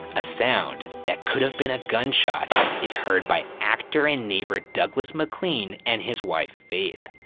a sound that could have been a gunshot is heard by actor and neighbor, douglas maclean, and his wife, faith.